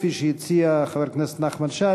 כפי שהציע חבר הכנסת נחמן שי,